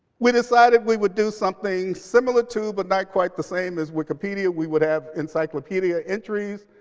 we decided we would do something similar to, but not quite the same as wikipedia. we would have encyclopedia entries.